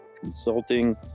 consulting